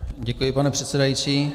Děkuji, pane předsedající.